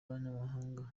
b’abahanga